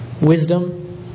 wisdom